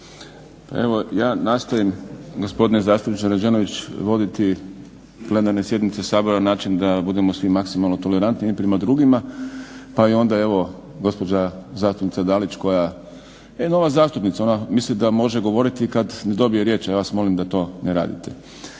Pa evo ja nastojim gospodine zastupniče Rađenović voditi plenarne sjednice Sabora da budemo svi maksimalno tolerantni jedni prema drugima pa i onda evo gospođa zastupnica Dalić koja je jedna nova zastupnica. Ona misli da može govoriti kada ne dobije riječ, a ja vas molim da to ne radite.